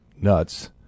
nuts